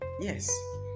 yes